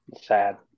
Sad